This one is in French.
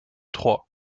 trois